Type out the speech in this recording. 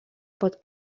pot